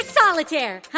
solitaire